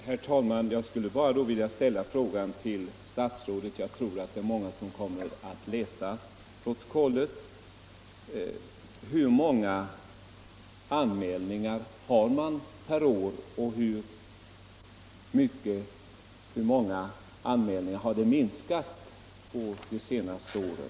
Herr talman! Eftersom jag tror att många kommer att läsa protokollet skulle jag vilja ställa följande fråga till statsrådet: Hur många anmälningar får radionämnden in per år och hur mycket har anmälningarna minskat med de senaste åren?